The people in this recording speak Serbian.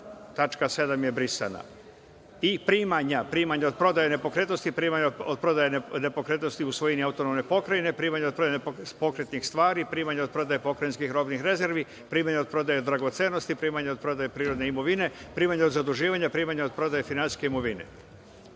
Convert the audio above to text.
7. je brisana. I, primanja, primanja od prodaje nepokretnosti, primanje od prodaje nepokretnosti u svojini AP, primanja od prodaje nepokretnosti pokretnih stvari, primanje od prodaje pokrajinskih robnih rezervi, primanja od prodaje dragocenosti, primanje od prodaje prirodne imovine, primanja od zaduživanja, primanja od prodaje finansijske imovine. Sve